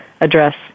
address